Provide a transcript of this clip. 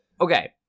Okay